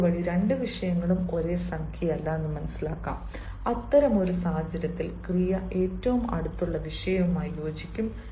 അതുവഴി രണ്ട് വിഷയങ്ങളും ഒരേ സംഖ്യയിലല്ല അത്തരമൊരു സാഹചര്യത്തിൽ ക്രിയ ഏറ്റവും അടുത്തുള്ള വിഷയവുമായി യോജിക്കും